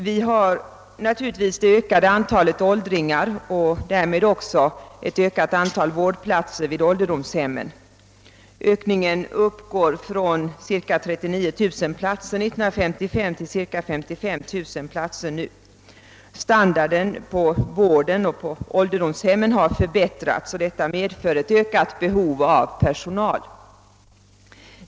Vi har naturligtvis det ökade antalet åldringar och därmed också ett ökat antal vårdplatser vid ålderdomshemmen : mot cirka 39 000 platser år 1955 står cirka 55 000 platser i år. Standarden på vården och på ålderdomshemmen har förbättrats, och detta medför ett stegrat behov av personal.